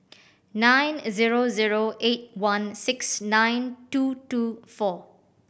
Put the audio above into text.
nine zero zero eight one six nine two two four